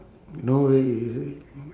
no way i~ is it